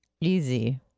Easy